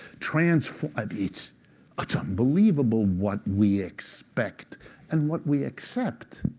transfer um it's but unbelievable what we expect and what we accept.